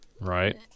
Right